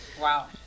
Wow